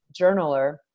journaler